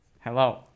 Hello